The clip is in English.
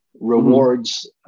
rewards